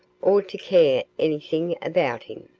or to care anything about him.